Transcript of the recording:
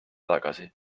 tagasi